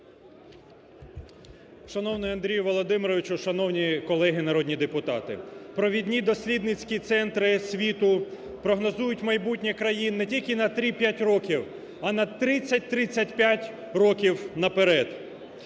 Шановний Андрію Володимировичу! Шановні колеги народні депутати! Провідні дослідницькі центри світу прогнозують майбутнє країн не тільки на 3-5 років, а на 30-35 років наперед.